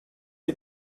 die